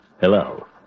Hello